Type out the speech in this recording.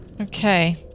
Okay